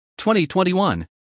2021